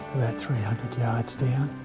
three hundred yards down.